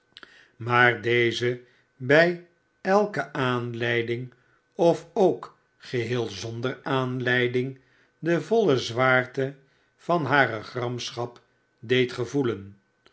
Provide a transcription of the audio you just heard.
maar deze bij elke aanleiding of ook geheel zonder aanleiding de voile zwaarte van hare gramschap deed gevoelen